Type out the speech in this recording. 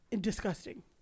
disgusting